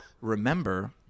remember